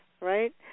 right